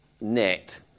net